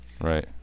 Right